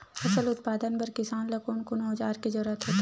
फसल उत्पादन बर किसान ला कोन कोन औजार के जरूरत होथे?